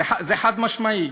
זה חד-משמעי.